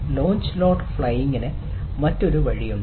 launch ലോട്ട് ഫ്ളഡിങ്ന് മറ്റൊരു വഴിയുണ്ട്